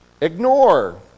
ignore